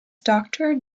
doctor